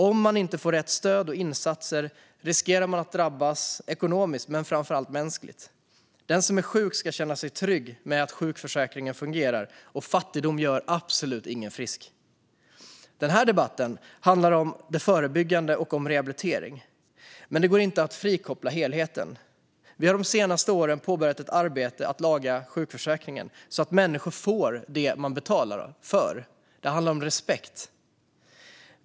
Om man inte får rätt stöd och insatser riskerar man att drabbas ekonomiskt men framför allt mänskligt. Den som är sjuk ska känna sig trygg med att sjukförsäkringen fungerar, och fattigdom gör absolut ingen frisk. Den här debatten handlar om det förebyggande och om rehabilitering. Men det går inte att frikoppla det från helheten. Vi har de senaste åren påbörjat ett arbete med att laga sjukförsäkringen så att människor får det de betalar för. Det handlar om respekt.